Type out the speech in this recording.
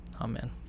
Amen